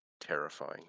terrifying